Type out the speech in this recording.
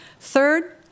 Third